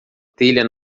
telha